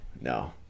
no